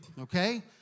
Okay